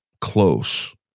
close